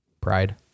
Pride